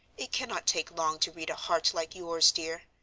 it cannot take long to read a heart like yours, dear.